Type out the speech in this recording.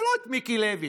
זה לא את מיקי לוי,